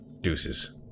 Deuces